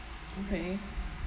okay